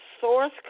Source